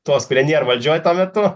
tuos kurie nėr valdžioj tuo metu